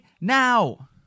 now